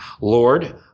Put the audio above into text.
Lord